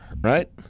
right